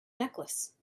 necklace